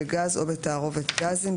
בגז או בתערובת גזים,